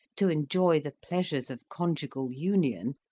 to enjoy the pleasures of conjugal union,